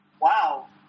Wow